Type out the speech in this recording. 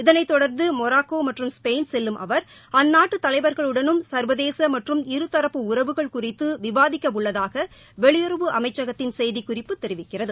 இதனைத் தொடர்ந்து மொராக்கோ மற்றும் ஸ்பெயின் செல்லும் அவர் அந்நாட்டு தலைவர்களுடனும் ச்வதேச மற்றும் இருதரப்பு உறவுகள் குறித்து விவாதிக்க உள்ளதாக வெளியுறவு அமைச்சகத்தின் செய்திக்குறிப்பு தெரிவிக்கிறது